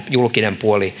julkinen puoli